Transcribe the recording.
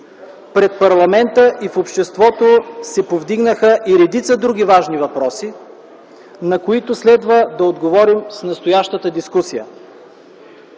пред парламента и в обществото се повдигнаха и редица други важни въпроси, на които следва да отговорим с настоящата дискусия.